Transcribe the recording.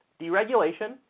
deregulation